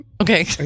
Okay